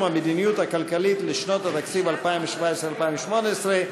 המדיניות הכלכלית לשנות התקציב 2017 ו-2018),